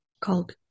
Called